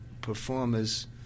performers